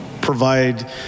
provide